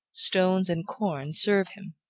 stones, and corn serve him.